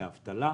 לאבטלה,